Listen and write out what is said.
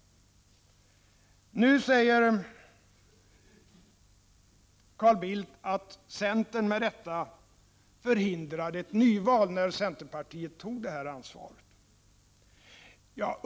Nu säger Carl Bildt att centern med rätta förhindrade ett nyval när partiet tog ett ansvar i denna fråga.